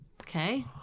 Okay